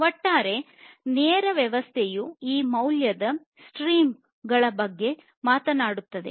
ಒಟ್ಟಾರೆ ನೇರ ವ್ಯವಸ್ಥೆಯು ಈ ಮೌಲ್ಯದ ಸ್ಟ್ರೀಮ್ ಗಳ ಬಗ್ಗೆ ಮಾತನಾಡುತ್ತದೆ